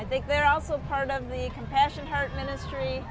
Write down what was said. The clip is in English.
i think they're also part of the compassionate heart ministry